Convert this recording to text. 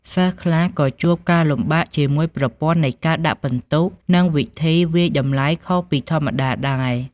សិស្សខ្លះក៏ជួបការលំបាកជាមួយប្រព័ន្ធនៃការដាក់ពិន្ទុ និងវិធីវាយតម្លៃខុសពីធម្មតាដែរ។